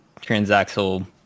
transaxle